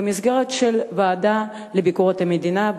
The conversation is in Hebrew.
במסגרת הוועדה לענייני ביקורת המדינה,